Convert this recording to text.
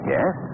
Yes